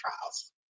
trials